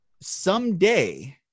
someday